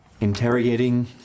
interrogating